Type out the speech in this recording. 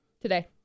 Today